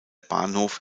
bahnhof